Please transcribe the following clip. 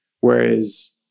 Whereas